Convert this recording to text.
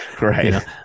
right